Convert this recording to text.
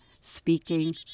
speaking